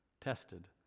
tested